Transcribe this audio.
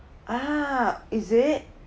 ah is it